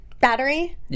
battery